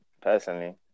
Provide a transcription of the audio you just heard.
personally